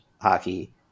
hockey